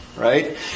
Right